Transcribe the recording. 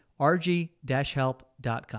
rg-help.com